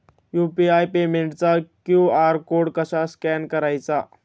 UPI पेमेंटचा QR code कसा scan करायचा?